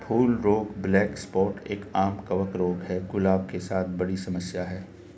फूल रोग black spot एक, आम कवक रोग है, गुलाब के साथ बड़ी समस्या है